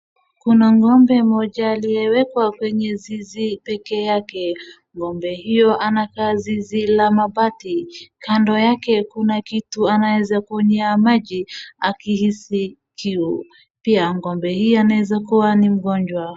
Kuna ng'ombe moja aliyewekwa kwenye zizi peke yake. ng'ombe huyo anakaa zizi la mabati, kando yake kuna kitu anaweza kunyia maji akihisi kiu, pia ng'ombe huyu anaweza kuwa ni mgonjwa.